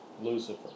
Lucifer